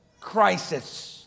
crisis